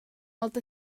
weld